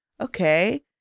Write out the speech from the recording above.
okay